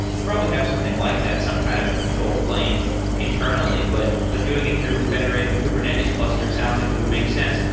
they probably have something like that, some kind of control plane internally, but but doing it through a federated kubernetes cluster sounds like it would make sense.